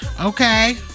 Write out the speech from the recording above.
Okay